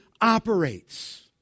operates